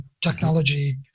technology